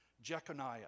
Jeconiah